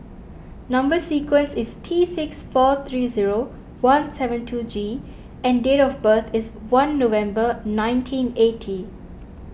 Number Sequence is T six four three zero one seven two G and date of birth is one November nineteen eighty